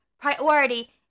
priority